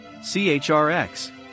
CHRX